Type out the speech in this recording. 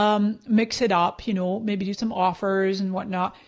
um mix it up, you know maybe do some offers and whatnot.